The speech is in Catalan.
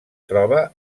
troba